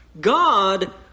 God